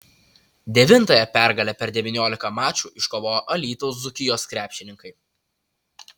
devintąją pergalę per devyniolika mačų iškovojo alytaus dzūkijos krepšininkai